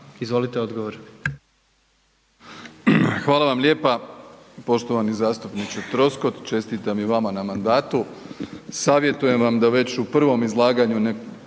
Izvolite odgovor.